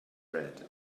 red